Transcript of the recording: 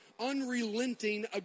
unrelenting